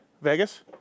Vegas